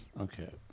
Okay